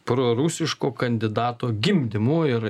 prorusiško kandidato gimdymu ir